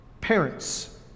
parents